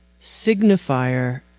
signifier